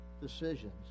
decisions